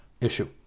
issue